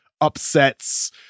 upsets